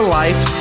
life